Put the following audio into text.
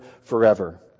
forever